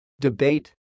debate